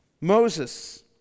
Moses